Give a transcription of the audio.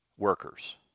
workers